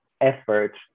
effort